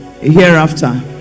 Hereafter